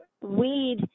weed